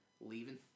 leaving